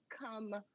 come